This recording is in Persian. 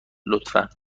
لطفا